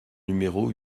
numéro